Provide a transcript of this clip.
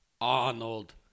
Arnold